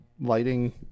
lighting